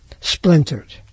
splintered